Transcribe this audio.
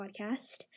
podcast